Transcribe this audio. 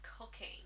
cooking